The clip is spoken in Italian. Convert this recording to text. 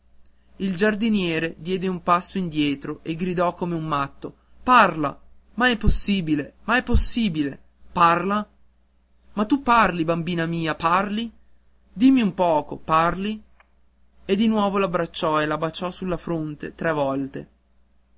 il giardiniere diede un passo indietro e gridò come un matto parla ma è possibile ma è possibile parla ma tu parli bambina mia parli dimmi un poco parli e di nuovo l'abbracciò e la baciò sulla fronte tre volte